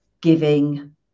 giving